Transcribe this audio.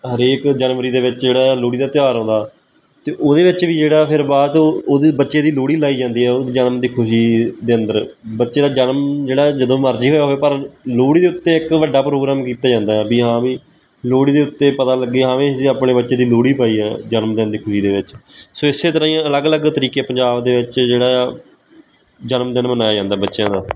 ਹਰੇਕ ਜਨਵਰੀ ਦੇ ਵਿੱਚ ਜਿਹੜਾ ਆ ਲੋਹੜੀ ਦਾ ਤਿਉਹਾਰ ਆਉਂਦਾ ਅਤੇ ਉਹਦੇ ਵਿੱਚ ਵੀ ਜਿਹੜਾ ਫਿਰ ਬਾਅਦ ਉਹਦੇ ਬੱਚੇ ਦੀ ਲੋਹੜੀ ਲਾਈ ਜਾਂਦੀ ਹੈ ਉਹਦੇ ਜਨਮ ਦੀ ਖੁਸ਼ੀ ਦੇ ਅੰਦਰ ਬੱਚੇ ਦਾ ਜਨਮ ਜਿਹੜਾ ਜਦੋਂ ਮਰਜ਼ੀ ਹੋਇਆ ਹੋਵੇ ਪਰ ਲੋਹੜੀ ਦੇ ਉੱਤੇ ਇੱਕ ਵੱਡਾ ਪ੍ਰੋਗਰਾਮ ਕੀਤਾ ਜਾਂਦਾ ਹੈ ਵੀ ਹਾਂ ਵੀ ਲੋਹੜੀ ਦੇ ਉੱਤੇ ਪਤਾ ਲੱਗੇ ਹਾਂ ਵੀ ਅਸੀਂ ਆਪਣੇ ਬੱਚੇ ਦੀ ਲੋਹੜੀ ਪਾਈ ਹੈ ਜਨਮ ਦਿਨ ਦੀ ਖੁਸ਼ੀ ਦੇ ਵਿੱਚ ਸੋ ਇਸੇ ਤਰ੍ਹਾਂ ਹੀ ਅਲੱਗ ਅਲੱਗ ਤਰੀਕੇ ਪੰਜਾਬ ਦੇ ਵਿੱਚ ਜਿਹੜਾ ਆ ਜਨਮ ਦਿਨ ਮਨਾਇਆ ਜਾਂਦਾ ਬੱਚਿਆ ਦਾ